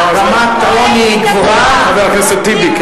דיקטטורה, רמת עוני גבוהה, חבר הכנסת טיבי.